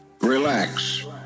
Relax